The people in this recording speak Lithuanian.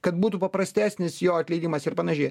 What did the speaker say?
kad būtų paprastesnis jo atleidimas ir panašiai